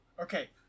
Okay